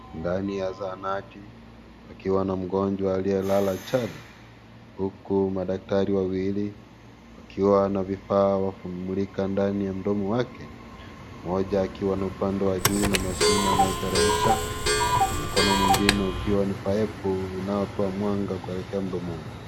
Ndani ya zahanati pakiwa na mgonjwa aliyelala chali huku madaktari wawili wakiwa na vifaa wakimulika mdomo wake , mmoja akiwa ni upande wa juu na mashine anaiteremsha mkono mwingine ukiwa ni paipu inayotoa mwanga kuelekea mdomoni.